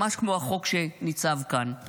ממש כמו החוק שניצב כאן.